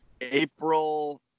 April